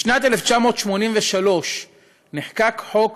בשנת 1983 נחקק חוק